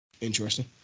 interesting